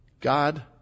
God